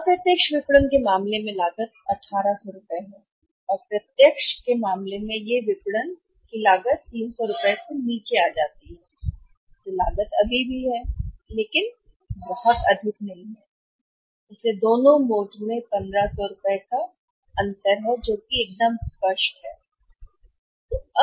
अप्रत्यक्ष विपणन के मामले में लागत 1800 रुपये सही है और प्रत्यक्ष के मामले में उस लागत का विपणन करना जो लागत 300 रुपये के नीचे आती है जो लागत अभी भी है लेकिन बहुत अधिक नहीं है इसलिए दोनों मोड में 1500 रुपये का अंतर कितना है इसका स्पष्ट अंतर है